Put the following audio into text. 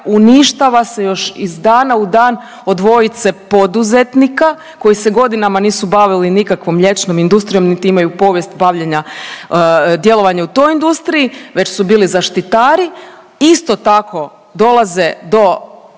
uništava se još iz dana u dan od dvojice poduzetnika koji se godinama nisu bavili nikakvom mliječnom industrijom, niti imaju povijest bavljenja, djelovanja u toj industriji već su bili zaštitari. Isto tako dolaze do